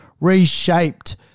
reshaped